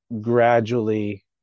gradually